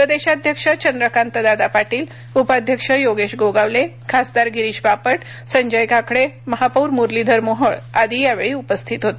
प्रदेशाध्यक्ष चंद्रकांत दादा पाटील उपाध्यक्ष योगेश गोगावले खासदार गिरीश बापट संजय काकडे महापौर मुरलीधर मोहोळ आदी यावेळी उपस्थित होते